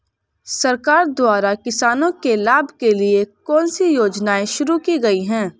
सरकार द्वारा किसानों के लाभ के लिए कौन सी योजनाएँ शुरू की गईं?